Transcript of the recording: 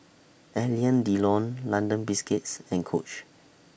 Alain Delon London Biscuits and Coach